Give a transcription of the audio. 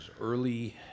early